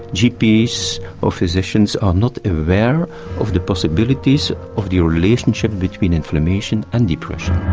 gps or physicians are not aware of the possibilities of the relationship between inflammation and depression.